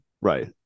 Right